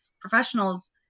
Professionals